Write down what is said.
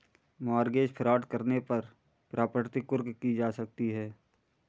mortgage fraud करने पर property कुर्क की जा सकती है